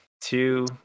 Two